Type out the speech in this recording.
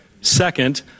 Second